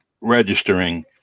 registering